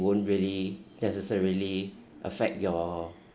won't really necessarily affect your